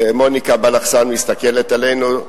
כי מוניקה בלחסן מסתכלת עלינו.